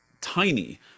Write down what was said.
tiny